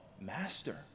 Master